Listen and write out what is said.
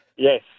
Yes